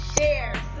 Share